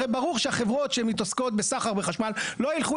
הרי ברור שהחברות שמתעסקות בסחר בחשמל לא ילכו